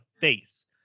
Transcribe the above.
face